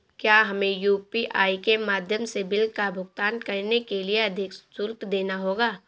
क्या हमें यू.पी.आई के माध्यम से बिल का भुगतान करने के लिए अधिक शुल्क देना होगा?